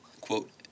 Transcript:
quote